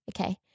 Okay